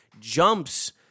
jumps